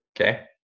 okay